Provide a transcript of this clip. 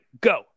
go